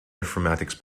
informatics